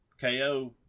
KO